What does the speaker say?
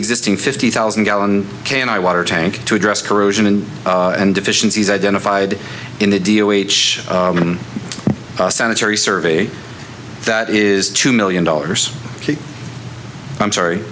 existing fifty thousand gallon can i water tank to address corrosion and and deficiencies identified in the deal which sanitary survey that is two million dollars i'm sorry